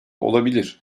olabilir